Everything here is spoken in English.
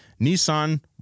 Nissan